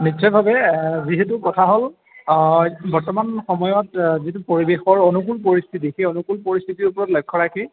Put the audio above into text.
নিশ্চয়ভাৱে যিহেতু কথা হ'ল বৰ্তমান সময়ত যিটো পৰিৱেশৰ অনুকুল পৰিস্থিতি সেই অনুকূল পৰিস্থিতিৰ ওপৰত লক্ষ্য ৰাখি